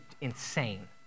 insane